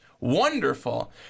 Wonderful